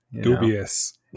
dubious